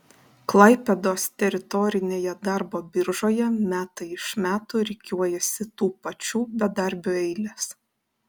klaipėdos teritorinėje darbo biržoje metai iš metų rikiuojasi tų pačių bedarbių eilės